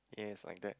yes like that